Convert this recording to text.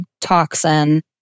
toxin